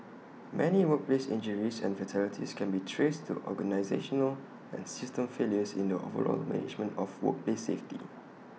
many workplace injuries and fatalities can be traced to organisational and system failures in the overall management of workplace safety